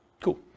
Cool